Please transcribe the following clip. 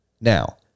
Now